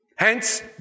Hence